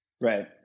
Right